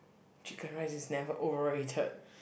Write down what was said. chicken rice is never overrated